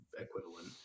equivalent